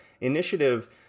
initiative